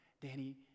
Danny